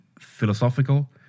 philosophical